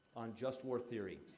on just war theory.